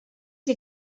que